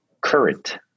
current